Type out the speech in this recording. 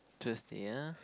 Tuesday ya